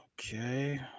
okay